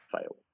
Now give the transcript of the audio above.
fail